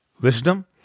wisdom